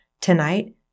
tonight